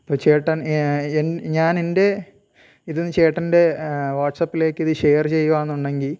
ഇപ്പോൾ ചേട്ടൻ എൻ ഞാൻ എൻ്റെ ഇത് ചേട്ടൻ്റെ വാട്സാപ്പിലേക്ക് ഇത് ഷെയർ ചെയ്യുവാണെന്ന് ഉണ്ടെങ്കിൽ